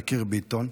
יקיר ביטון,